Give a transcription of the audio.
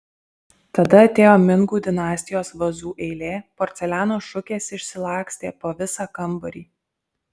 tada atėjo mingų dinastijos vazų eilė porceliano šukės išsilakstė po visą kambarį